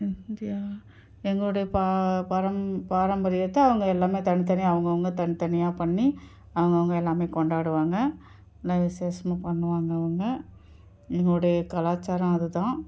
எ India எங்களுடைய பா பரம் பாரம்பரியத்தை அவங்க எல்லாமே தனி தனியாக அவங்கவுங்க தனித்தனியாக பண்ணி அவங்கவுங்க எல்லாமே கொண்டாடுவாங்க ந விசேஷமா பண்ணுவாங்க அவங்க எங்களுடைய கலாச்சாரம் அது தான்